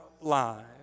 lives